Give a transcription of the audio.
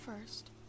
First